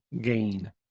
gain